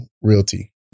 Realty